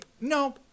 no